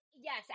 Yes